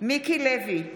מיקי לוי,